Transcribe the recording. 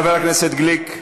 חבר הכנסת גליק,